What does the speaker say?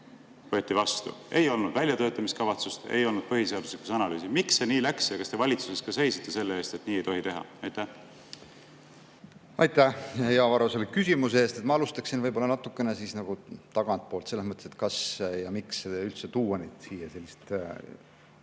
seadus vastu. Ei olnud väljatöötamiskavatsust, ei olnud põhiseaduslikkuse analüüsi. Miks see nii läks? Ja kas te valitsuses ka seisite selle eest, et nii ei tohi teha? Aitäh, hea Varro, küsimuse eest! Ma alustaksin võib-olla natukene tagantpoolt, sellest, kas ja miks üldse tuua siia sellist